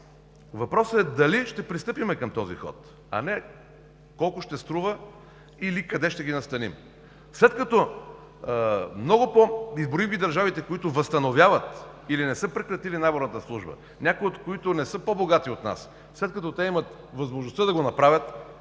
Въпросът е дали ще пристъпим към този ход, а не колко ще струва или къде ще ги настаним. След като много по… Изброих Ви държавите, които възстановяват или не са прекратили наборната служба, някои от които не са по-богати от нас, след като те имат възможността да го направят,